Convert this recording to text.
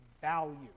value